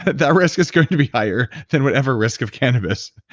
that risk is going to be higher than whatever risk of cannabis.